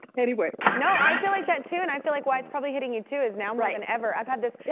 ah anyway no, i feel like that too. and i feel like why it's probably hitting you too is now more than and ever, i've had this,